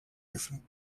different